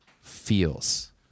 feels